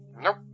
Nope